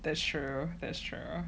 that's true that's true